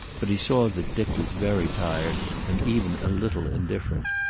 but he saw that dick was very tired, and even a little indifferent.